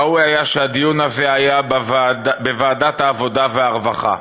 ראוי היה שהדיון הזה יהיה בוועדת העבודה והרווחה,